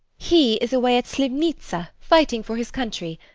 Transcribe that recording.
he is away at slivnitza fighting for his country.